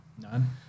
None